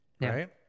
right